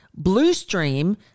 Bluestream